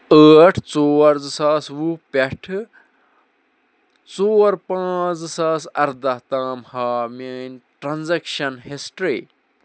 ٲٹھ ژور زٕ ساس وُہ پٮ۪ٹھٕ ژور پانژھ زٕ ساس اردہ تام ہاو میٲنۍ ٹرانزیکشن ہسٹری